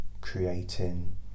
creating